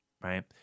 right